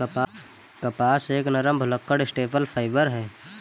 कपास एक नरम, भुलक्कड़ स्टेपल फाइबर है